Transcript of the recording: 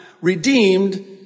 redeemed